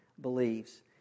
believes